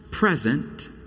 Present